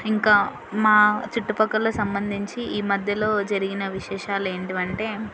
ఇంకా మా చుట్టుపక్కల సంబంధించి ఈ మధ్యలో జరిగిన విశేషాలు ఏంటివి అంటే